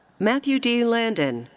matthew d. landen,